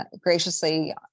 graciously